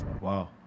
Wow